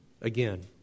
Again